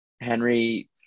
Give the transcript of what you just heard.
Henry